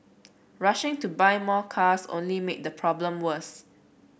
rushing to buy more cars only made the problem worse